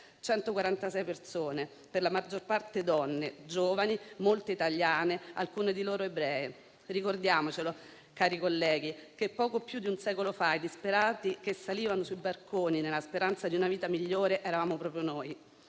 146 persone, per la maggior parte donne giovani, molte italiane, alcune di loro ebree. Ricordiamoci, cari colleghi, che poco più di un secolo fa i disperati che salivano sui barconi, nella speranza di una vita migliore, eravamo proprio noi.